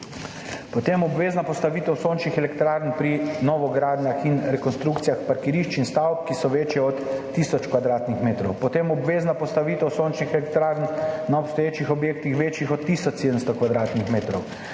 Potem obvezna postavitev sončnih elektrarn pri novogradnjah in rekonstrukcijah parkirišč in stavb, ki so večje od tisoč kvadratnih metrov. Potem obvezna postavitev sončnih elektrarn na obstoječih objektih, večjih od tisoč